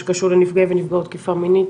שקשור לנפגעי ונפגעות תקיפה מינית.